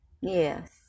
Yes